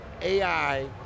AI